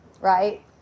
right